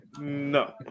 no